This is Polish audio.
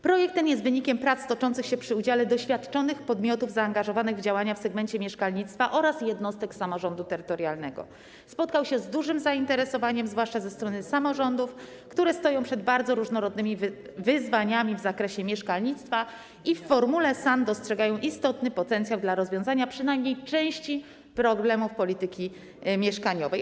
Projekt ten, będący wynikiem prac toczących się z udziałem doświadczonych podmiotów zaangażowanych w działania w segmencie mieszkalnictwa oraz jednostek samorządu terytorialnego, spotkał się z dużym zainteresowaniem zwłaszcza ze strony samorządów, które stoją przed różnorodnymi wyzwaniami w zakresie mieszkalnictwa i w formule SAN dostrzegają możliwość rozwiązania przynajmniej części problemów polityki mieszkaniowej.